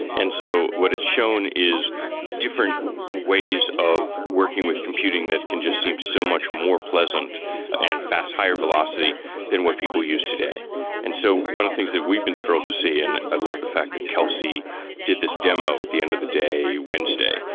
and so what its shown is different ways of working with computing that can just seem so much more pleasant and fast, higher velocity than what people use today and so one of the things that we've been thrilled to see and i love the fact that kelsey did this demo at the end of the day wednesday,